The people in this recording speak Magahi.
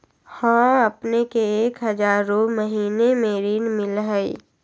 हां अपने के एक हजार रु महीने में ऋण मिलहई?